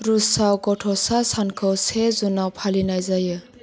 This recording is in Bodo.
रुसआव गथ'सा सानखौ से जुनआव फालिनाय जायो